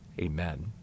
amen